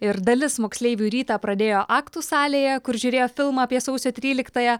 ir dalis moksleivių rytą pradėjo aktų salėje kur žiūrėjo filmą apie sausio tryliktąją